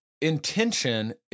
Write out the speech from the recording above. intention